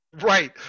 Right